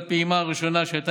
הפחתת ארנונה לשלושה חודשים,